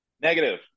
negative